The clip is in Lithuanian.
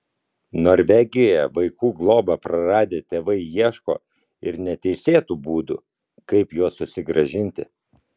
norvegijoje vaikų globą praradę tėvai ieško ir neteisėtų būdų kaip juos susigrąžinti